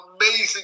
amazing